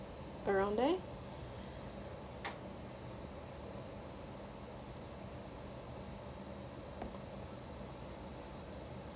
around that